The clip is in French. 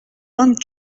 vingt